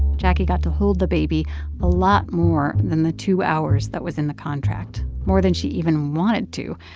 jacquie got to hold the baby a lot more than the two hours that was in the contract, more than she even wanted to.